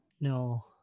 No